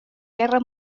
guerra